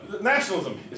nationalism